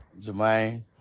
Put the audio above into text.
Jermaine